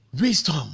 wisdom